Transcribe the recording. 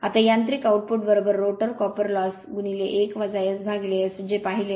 आता यांत्रिक output rotor copper loss 1 SS जे पाहिले